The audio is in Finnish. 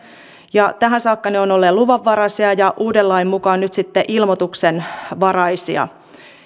tähän saakka ne ovat olleet luvanvaraisia ja uuden lain mukaan ne ovat nyt sitten ilmoituksenvaraisia